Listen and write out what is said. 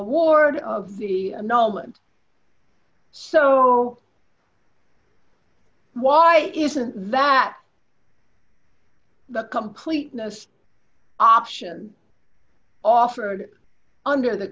award of the anomaly and so why isn't that the completeness options offered under the